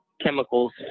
chemicals